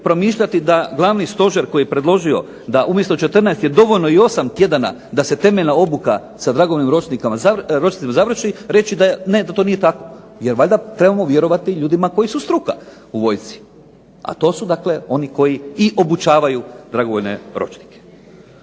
promišljati da Glavni stožer koji je predložio da umjesto 14 je dovoljno i 8 tjedana da se temeljna obuka sa dragovoljnim ročnicima završi reći da ne, da to nije tako. Jer valjda trebamo vjerovati ljudima koji su struka u vojsci, a to su dakle oni koji i obučavaju dragovoljne ročnike.